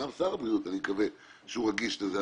גם שר הבריאות אני מקווה שהוא רגיש לזה,